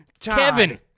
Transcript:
Kevin